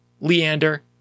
Leander